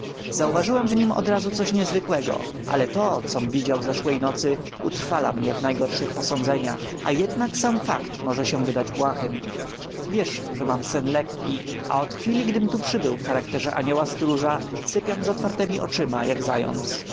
zauważyłem w nim odrazu coś niezwykłego ale to com widział zeszłej nocy utrwala mnie w najgorszych posądzeniach a jednak sam fakt może się wydać błahym wiesz że mam sen lekki a od chwili gdym tu przybył w charakterze anioła stróża sypiam z otwartemi oczyma jak zając